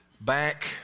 Back